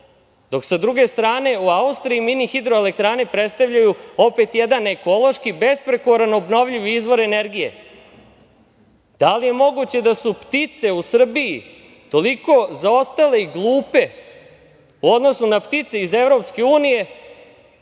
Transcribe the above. dok sa druge strane u Austriji mini-hidroelektrane predstavljaju opet jedan ekološki besprekorno obnovljiv izvor energije? Da li je moguće da su ptice u Srbiji toliko zaostale i glupe u odnosu na ptice iz EU pa im